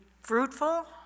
fruitful